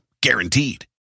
Guaranteed